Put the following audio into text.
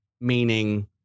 meaning